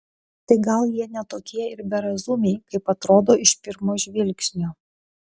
tai gal jie ne tokie ir berazumiai kaip atrodo iš pirmo žvilgsnio